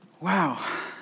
Wow